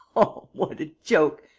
oh, what a joke!